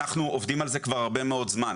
אנחנו עובדים על זה כבר הרבה מאוד זמן.